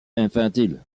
infantile